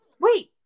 Wait